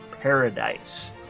paradise